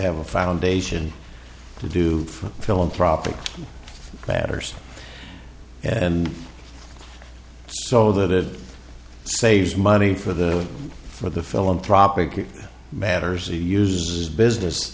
have a foundation to do for philanthropic matters and so that it saves money for the for the philanthropic matters he uses business